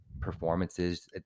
performances